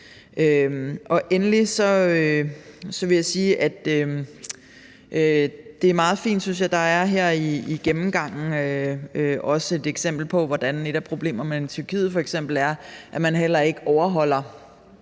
det er meget fint, at der her i gennemgangen også er et eksempel på, hvordan et problem med Tyrkiet f.eks. er, at man heller ikke følger